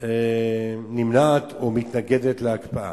נמנעת או מתנגדת להקפאה.